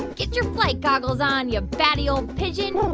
get your flight goggles on you batty, old pigeon. and